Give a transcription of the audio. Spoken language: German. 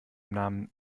namen